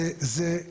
זה,